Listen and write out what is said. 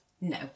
No